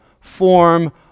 form